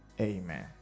amen